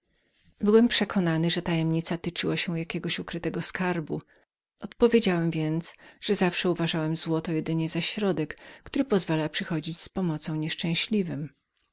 byłem przekonany że ta tajemnica tyczyła się jakiego ukrytego skarbu odpowiedziałem więc że zawsze uważałem złoto jedynie jako środek przyjścia w pomoc nieszczęśliwym